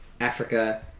Africa